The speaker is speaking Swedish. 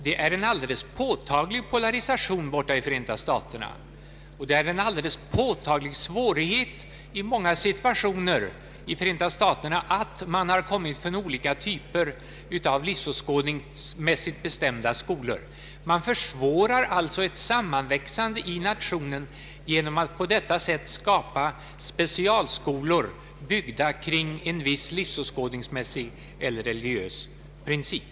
Det är en alldeles påtaglig polarisation i Förenta staterna och en tydlig svårighet i många situationer, att man har kommit från olika typer av livsåskådningsmässigt bestämda skolor. Man försvårar alltså ett sammanväxande inom nationen genom att på detta sätt skapa specialskolor byggda kring en viss livsåskådningsmässig eller religiös princip.